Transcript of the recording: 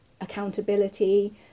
accountability